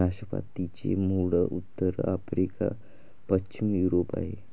नाशपातीचे मूळ उत्तर आफ्रिका, पश्चिम युरोप आहे